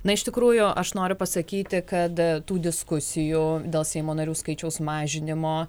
na iš tikrųjų aš noriu pasakyti kad tų diskusijų dėl seimo narių skaičiaus mažinimo